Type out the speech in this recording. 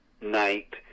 night